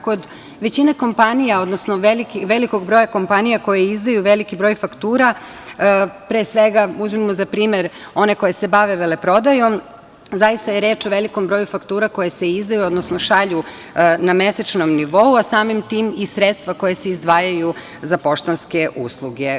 Kod većine kompanija, odnosno velikog broja kompanija koje izdaju veliki broj faktura, pre sveta uzmimo za primer one koji se bave veleprodajom, zaista je reč o velikom broju faktura koje se šalju na mesečnom nivou, a samim tim i sredstva koja se izdvajaju za poštanske usluge.